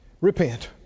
repent